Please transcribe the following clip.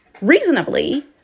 reasonably